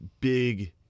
big